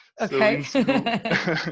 Okay